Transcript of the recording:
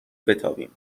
بتابیم